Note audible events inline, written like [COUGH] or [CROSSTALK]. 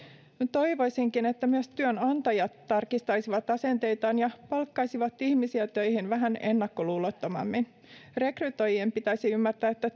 toivoisinkin että myös työnantajat tarkistaisivat asenteitaan ja palkkaisivat ihmisiä töihin vähän ennakkoluulottomammin rekrytoijien pitäisi ymmärtää että [UNINTELLIGIBLE]